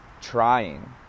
trying